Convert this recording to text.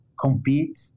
compete